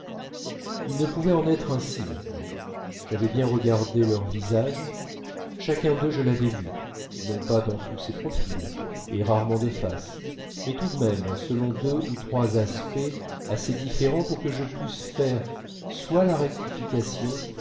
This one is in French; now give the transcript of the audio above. il ne pouvait en être ainsi maintenant j'avais bien regardé leurs visages chacun d'eux je l'avais vu non pas dans tous ses profils et rarement de face mais tout de même selon deux ou trois aspects assez différents pour que je pusse faire soit la rectification